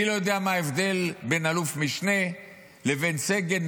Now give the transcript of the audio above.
אני לא יודע מה ההבדל בין אלוף משנה לבין סגן,